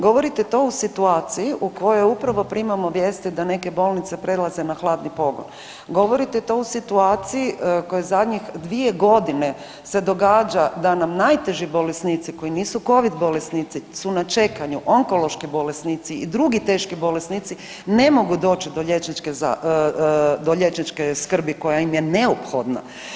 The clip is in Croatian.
Govorite to u situaciji u kojoj upravo primamo vijesti da neke bolnice prelaze na hladni pogon, govorite to u situaciji koja zadnjih dvije godine se događa da nam najteži bolesnici koji nisu COVID bolesnici su na čekanju, onkološki bolesnici i drugi teški bolesnici ne mogu doći do liječničke skrbi koja im je neophodna.